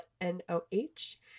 N-O-H